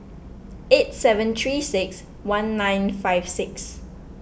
eight seven three six one nine five six